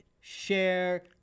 share